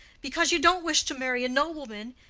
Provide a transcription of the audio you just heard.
because you don't wish to marry a nobleman,